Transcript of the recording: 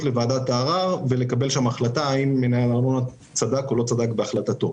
לוועדת הערר לגבי השאלה אם מנהל הארנונה צדק או לא צדק בהחלטתו.